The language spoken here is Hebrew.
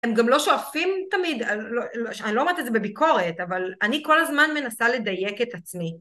הם גם לא שואפים תמיד, אני לא אומרת את זה בביקורת, אבל אני כל הזמן מנסה לדייק את עצמי.